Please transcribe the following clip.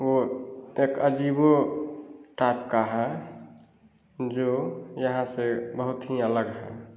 वो एक अजीबो टाइप का है जो यहाँ से बहुत ही अलग हैं